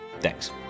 Thanks